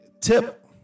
tip